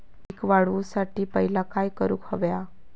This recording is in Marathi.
पीक वाढवुसाठी पहिला काय करूक हव्या?